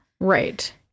Right